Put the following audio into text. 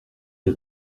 les